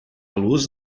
luz